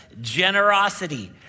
generosity